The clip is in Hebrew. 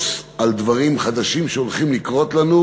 על דברים חדשים שהולכים לקרות לנו,